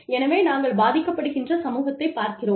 எனவே நாங்கள் பாதிக்கப்படுகின்ற சமூகத்தைப் பார்க்கிறோம்